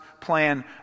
plan